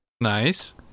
nice